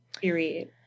Period